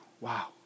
Wow